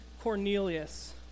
Cornelius